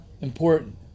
important